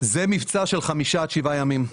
זה מבצע של חמישה עד שבעה ימים.